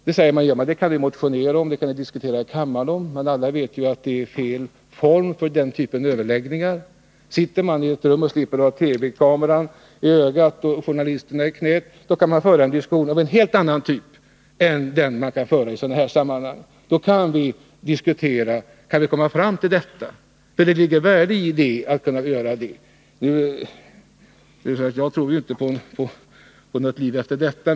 Då säger man: Det kan vi motionera om, det kan vi diskutera i kammaren. Men alla vet ju att det är fel form för den typen av överläggningar. Sitter man i ett rum och slipper ha TV-kameran i ögat och journalisterna i knäet, då kan man föra en diskussion av helt annat slag. Det ligger ett värde i att kunna göra det. Jagtror ju inte på något liv efter detta.